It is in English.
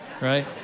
right